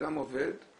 אדם שעובד,